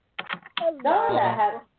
Hello